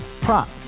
prop